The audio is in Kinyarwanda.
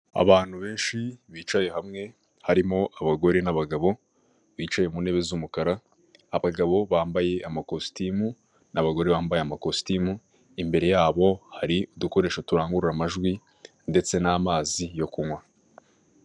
Abantu benshi bicaye hamwe harimo abagore n'abagabo bicaye ku ntebe z'umukara, abagabo bambaye amakositimu n'abagore bambaye amakositimu, imbere yabo hari udukoresho turangurura amajwi ndetse n'amazi yo kunywa.